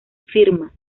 firmas